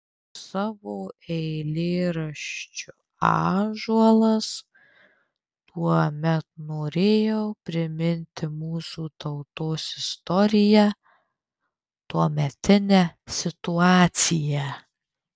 savo eilėraščiu ąžuolas tuomet norėjau priminti mūsų tautos istoriją tuometinę situaciją